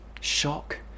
shock